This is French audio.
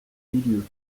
milieu